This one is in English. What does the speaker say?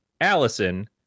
Allison